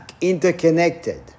interconnected